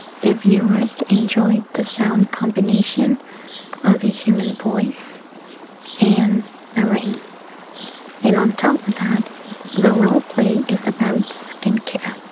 the viewers enjoyed the sound combination of a human voice and the rain and on top of that the role play is about skin care.